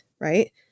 Right